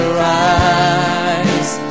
rise